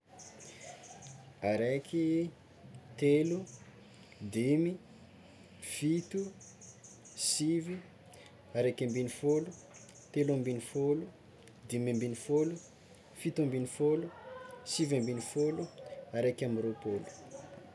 Araiky, telo, dimy, fito, sivy, araika ambin'ny fôlo, telo ambin'ny fôlo, dimy ambin'ny fôlo, fito ambin'ny fôlo, sivy ambin'ny fôlo, araiky ambirôpolo.